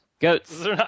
Goats